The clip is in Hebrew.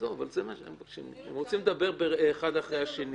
הם רוצים לדבר אחד אחרי השני.